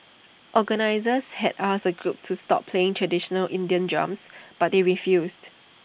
organisers had asked A group to stop playing traditional Indian drums but they refused